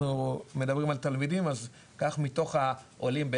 אנחנו מדברים על תלמידים אז קח מיתוך עולים,